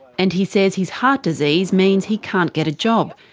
and he says his heart disease means he can't get a job.